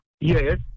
Yes